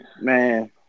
Man